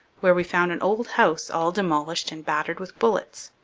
where we found an old house all demolished and battered with bullets.